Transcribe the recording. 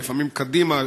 לפעמים קדימה,